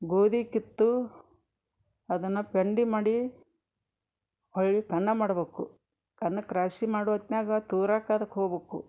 ಗೋದಿ ಕಿತ್ತು ಅದನ್ನ ಪೆಂಡಿ ಮಾಡಿ ಹೊಳ್ಳಿ ಕನ್ನ ಮಾಡಬೇಕು ಕನ್ನಕ್ ರಾಶಿ ಮಾಡು ಒತ್ನ್ಯಾಗ ತೂರಾಕ ಅದಕ್ಕೆ ಹೋಗ್ಬಕು